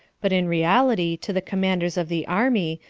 but in reality to the commanders of the army,